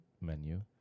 menu